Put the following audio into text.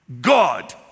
God